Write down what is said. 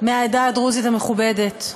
מהעדה הדרוזית המכובדת.